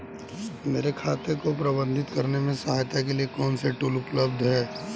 मेरे खाते को प्रबंधित करने में सहायता के लिए कौन से टूल उपलब्ध हैं?